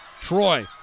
Troy